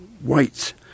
whites